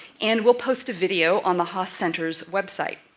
and will post a video on the haas center's website.